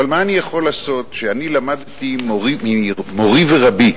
אבל מה אני יכול לעשות שלמדתי ממורי ורבי,